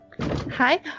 Hi